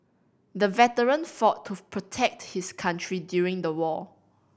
the veteran fought to protect his country during the war